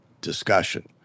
discussion